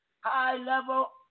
high-level